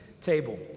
table